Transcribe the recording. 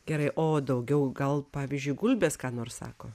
gerai o daugiau gal pavyzdžiui gulbės ką nors sako